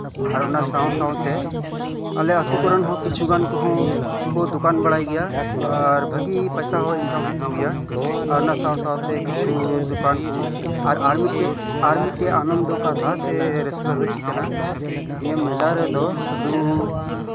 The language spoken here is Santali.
ᱟᱨ ᱚᱱᱟ ᱥᱟᱶ ᱥᱟᱶᱛᱮ ᱟᱞᱮ ᱟᱛᱳ ᱠᱚᱨᱮᱱ ᱦᱚᱸ ᱠᱤᱪᱷᱩ ᱜᱟᱱ ᱜᱮ ᱦᱚᱸ ᱫᱚᱠᱟᱱ ᱵᱟᱲᱟᱭ ᱜᱮᱭᱟ ᱟᱨ ᱵᱷᱟᱹᱜᱤ ᱯᱚᱭᱥᱟ ᱦᱚᱸ ᱤᱱᱠᱟᱢ ᱦᱩᱭᱩᱜ ᱛᱟᱠᱚ ᱜᱮᱭᱟ ᱟᱨ ᱚᱱᱟ ᱥᱟᱶ ᱥᱟᱶᱛᱮ ᱠᱤᱪᱷᱩ ᱫᱚᱠᱟᱱ ᱠᱚ ᱟᱨ ᱢᱤᱫᱴᱮᱡ ᱟᱱᱚᱱᱫᱚ ᱠᱟᱛᱷᱟ ᱥᱮ ᱨᱟᱹᱥᱠᱟᱹ ᱫᱚ ᱪᱮᱫ ᱠᱟᱱᱟ ᱱᱤᱭᱟᱹ ᱢᱮᱞᱟ ᱨᱮᱫᱚ ᱥᱩᱫᱷᱩ